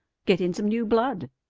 get in some new blood.